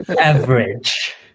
Average